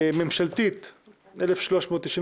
התשפ"א-2021, מ/1393.